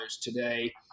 today